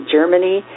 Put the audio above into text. Germany